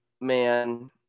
man